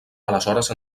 aleshores